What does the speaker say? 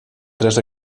tres